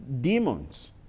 demons